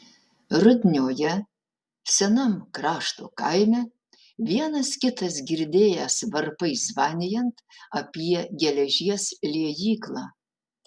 rudnioje senam krašto kaime vienas kitas girdėjęs varpais zvanijant apie geležies liejyklą